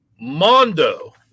Mondo